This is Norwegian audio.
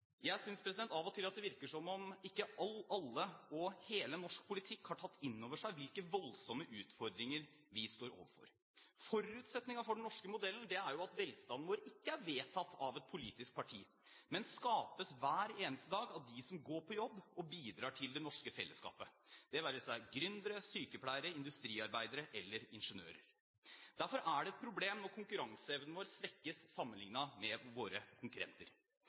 Jeg synes av og til at det virker som om ikke alle – heller ikke alle i norsk politikk – har tatt inn over seg hvilke voldsomme utfordringer vi står overfor. Forutsetningen for den norske modellen er jo at velstanden vår ikke er vedtatt av et politisk parti, men skapes hver eneste dag av dem som går på jobb og bidrar til det norske fellesskapet – det være seg gründere, sykepleiere, industriarbeidere eller ingeniører. Derfor er det et problem når konkurranseevnen vår svekkes, sammenlignet med våre konkurrenter.